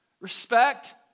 respect